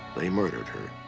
they murdered her.